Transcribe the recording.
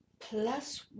plus